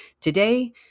Today